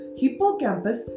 hippocampus